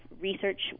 research